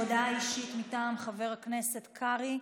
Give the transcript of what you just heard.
הודעה אישית מטעם חבר הכנסת קרעי.